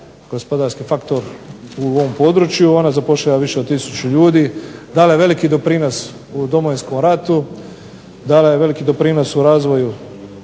gospodarski faktor u ovom području, ona zapošljava više od tisuću ljudi, dala je veliki doprinos u Domovinskom ratu, dala je veliki doprinos u razvoju